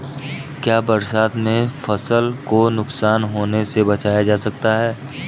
क्या बरसात में फसल को नुकसान होने से बचाया जा सकता है?